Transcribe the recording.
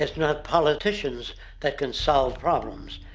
ah not politicians that can solve problems.